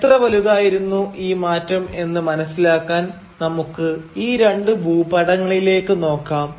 എത്ര വലുതായിരുന്നു ഈ മാറ്റം എന്ന് മനസ്സിലാക്കാൻ നമുക്ക് ഈ രണ്ട് ഭൂപടങ്ങളിലേക്ക് നോക്കാം